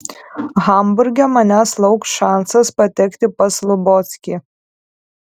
hamburge manęs lauks šansas patekti pas lubockį